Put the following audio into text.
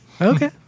Okay